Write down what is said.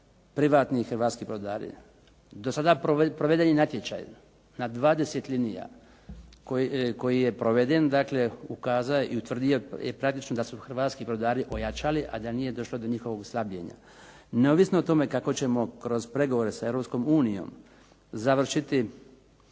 privatni hrvatski brodari. Do sada je provedeni natječaj na 20 linija koji je proveden dakle ukazao i utvrdio praktično da su hrvatski brodari ojačali, a da nije došlo do njihovog slabljenja. Neovisno o tome kako ćemo kroz pregovore s Europskom unijom završiti